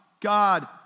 God